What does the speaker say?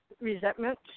resentment